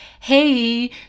hey